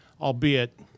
albeit